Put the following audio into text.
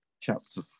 chapter